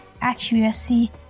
accuracy